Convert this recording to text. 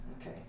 Okay